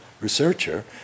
researcher